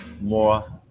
more